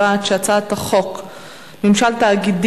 ההצעה להעביר את הצעת חוק ממשל תאגידי